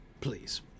please